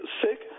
sick